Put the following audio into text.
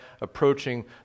approaching